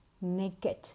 Naked